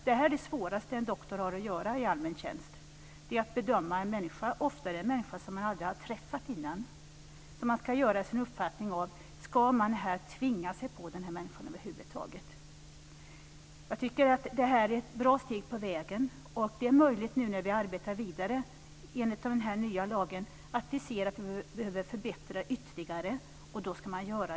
Det svåraste som en läkare i allmän tjänst har att göra är att bedöma en människa, ofta en person som man aldrig tidigare har träffat, och skaffa sig en uppfattning om ifall man över huvud taget ska tvinga sig på honom eller henne. Jag tycker att det nu tas ett bra steg på vägen. Det är möjligt att vi när vi arbetar vidare enligt den här nya lagen finner att den behöver förbättras ytterligare, och då ska så ske.